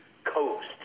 Coast